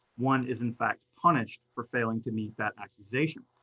one is in fact punished for failing to meet that accusation.